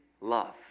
love